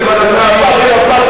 מהפח